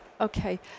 okay